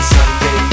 Sunday